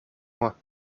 moi